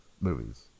movies